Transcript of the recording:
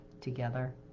together